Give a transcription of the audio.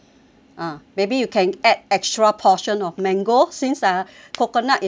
maybe you can add extra portion of mango since ah coconut is removed